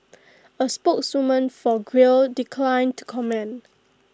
A spokeswoman for Grail declined to comment